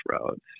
roads